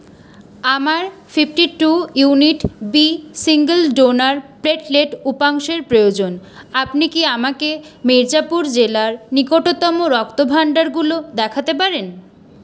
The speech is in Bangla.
আমার fifty two unit B single donor platelet উপাংশের প্রয়োজন আপনি কি আমাকে মিরজাপুর জেলার নিকটতম রক্তভাণ্ডারগুলো দেখাতে পারেন